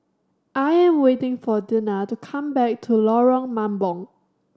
I am waiting for Dena to come back to Lorong Mambong